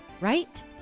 Right